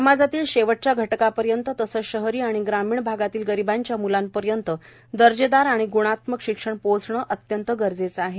समाजातील शेवटच्या घटकांपर्यंत तसेच शहरी व ग्रामीण भागातील गरीबांच्या म्लांपर्यंत दर्जेदार व ग्णात्मक शिक्षण पोहचणे अत्यंत गरजेचे झाले आहे